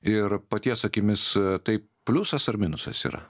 ir paties akimis tai pliusas ar minusas yra